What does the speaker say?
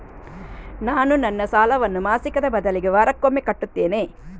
ನಾನು ನನ್ನ ಸಾಲವನ್ನು ಮಾಸಿಕದ ಬದಲಿಗೆ ವಾರಕ್ಕೊಮ್ಮೆ ಕಟ್ಟುತ್ತೇನೆ